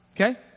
Okay